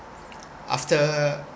after